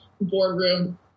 boardroom